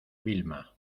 vilma